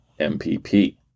MPP